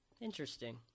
interesting